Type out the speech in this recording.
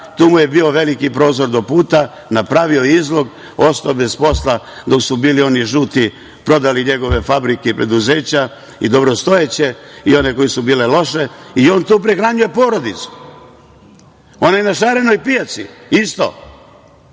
tu mu je bio veliki prozor do puta, napravio izlog, ostao bez posla dok su bili oni žuti, prodali njegove fabrike i preduzeća i dobrostojeće i one koje su bile loše i on tako prehranjuje porodicu. Onaj na šarenoj pijaci